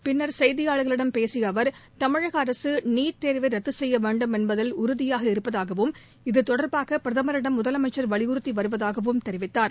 பின்னர் செய்தியாளர்களிடம் பேசியஅவர் தமிழகஅரசுநீட் தேர்வைரத்துசெய்யவேண்டும் என்பதில் உறுதியாக இருப்பதாகவும் இதுதொடர்பாகபிரதமரிடம் முதலமைச்சர் வலியுறுத்திவருவதாகவும் தெரிவித்தார்